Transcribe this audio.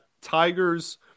Tigers